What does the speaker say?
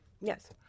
Yes